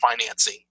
financing